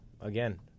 again